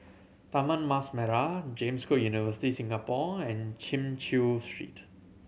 Taman Mas Merah James Cook University Singapore and Chin Chew Street